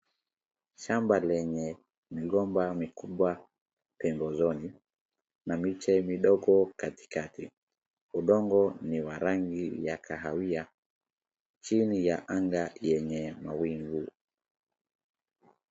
Shamba lenye migomba mikubwa pembezoni, kuna miche midogo katikati , udongo ni wa rangi ya kahawia, chini ya anga yenye mawingu .